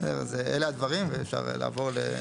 אז אלה הדברים, ואפשר לעבור.